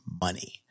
money